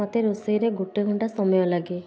ମୋତେ ରୋଷେଇରେ ଗୋଟିଏ ଘଣ୍ଟା ସମୟ ଲାଗେ